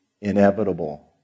inevitable